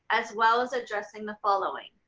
as well as addressing the following.